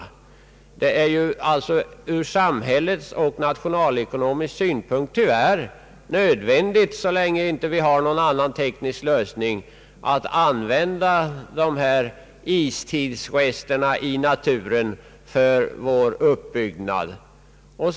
Detta är ur samhällsekonomisk och nationalekonomisk synpunkt tyvärr nödvändigt, så länge det inte finns någon annan teknisk lösning än att använda dessa istidsrester i naturen bl.a. till olika byggnadsverk.